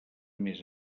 més